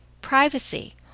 Privacy